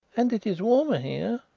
and it is warmer here.